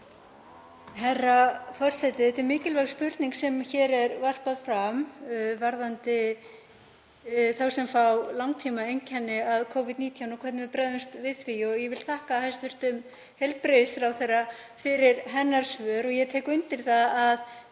forseti. Það er mikilvæg spurning sem hér er varpað fram varðandi þá sem fá langtímaeinkenni af Covid-19 og hvernig við bregðumst við því. Ég vil þakka hæstv. heilbrigðisráðherra fyrir svör hennar og ég tek undir það að